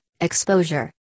exposure